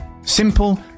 Simple